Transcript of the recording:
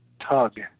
tug